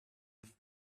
with